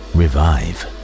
Revive